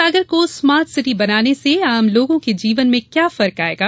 सागर को smart city बनाने से आम लोगो के जीवन में क्या फर्क आएगा